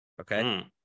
Okay